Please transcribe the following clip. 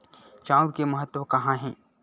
चांउर के महत्व कहां हे?